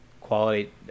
quality